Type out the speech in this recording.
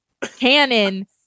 canon